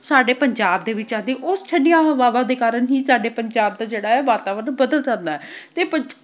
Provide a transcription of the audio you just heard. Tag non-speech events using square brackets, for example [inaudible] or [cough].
ਸਾਡੇ ਪੰਜਾਬ ਦੇ ਵਿੱਚ ਆਉਂਦੀ ਉਸ ਠੰਡੀਆਂ ਹਵਾਵਾਂ ਦੇ ਕਾਰਨ ਹੀ ਸਾਡੇ ਪੰਜਾਬ ਦਾ ਜਿਹੜਾ ਹੈ ਵਾਤਾਵਰਨ ਬਦਲ ਜਾਂਦਾ ਅਤੇ [unintelligible]